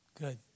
Good